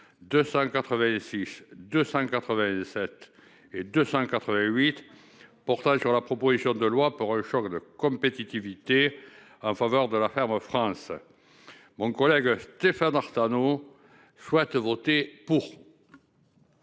286, 287 et 288. Portable sur la proposition de loi pour un choc de compétitivité en faveur de la ferme France. Mon collègue Stéphane Artano soit voter pour.